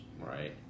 Right